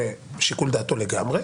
ראה שיקול דעתו לגמרי.